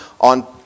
on